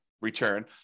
Return